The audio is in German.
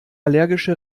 allergische